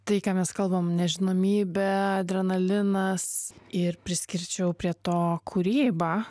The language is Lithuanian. tai ką mes kalbam nežinomybė adrenalinas ir priskirčiau prie to kūrybą